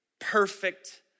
perfect